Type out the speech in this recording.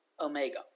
Omega